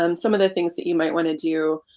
um some of the things that you might want to do